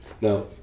Now